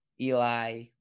Eli